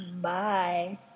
bye